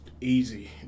easy